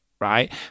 right